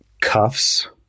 cuffs